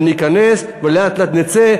ניכנס ולאט-לאט נצא,